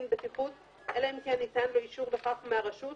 בטיחות אלא אם כן ניתן לו אישור לכך מהרשות,